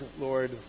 Lord